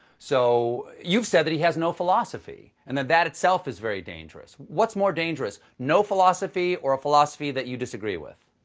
so you've said that he has no philosophy, and that that itself is very dangerous. what's more dangerous no philosophy or a philosophy that you disagree with?